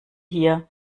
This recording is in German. hier